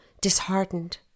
disheartened